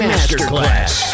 Masterclass